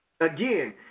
Again